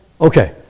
Okay